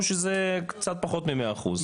או שזה קצת פחות ממאה אחוז?